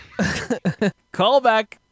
Callback